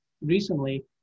recently